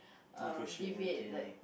negotiate never think ah